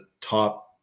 top